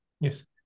Yes